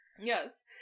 Yes